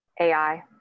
AI